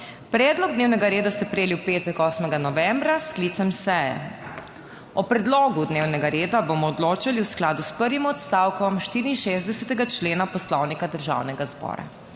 Predlog dnevnega reda ste prejeli v petek 8. novembra s sklicem seje. O predlogu dnevnega reda bomo odločali v skladu s prvim odstavkom 64. člena Poslovnika Državnega zbora.